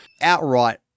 outright